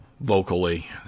Vocally